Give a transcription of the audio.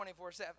24-7